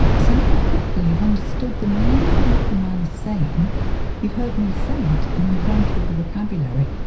so now hopefully you've understood the meaning of what the man is saying you've heard me say it and we've run through the vocabulary.